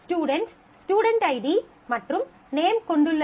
student student ID மற்றும் name கொண்டுள்ளது